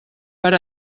per